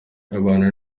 abantu